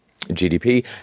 GDP